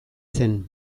zen